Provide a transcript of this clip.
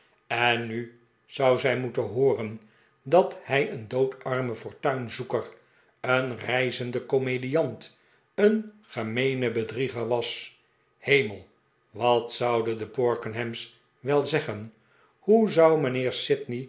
en nu zouden zij moe ten hooren dat hij een doodarme f ortuinzoeker een reizende komediant een gemeene bedrieger was hemel wat zouden de porkenham's wel zeggen hoe zou mijnheer